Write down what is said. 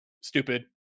stupid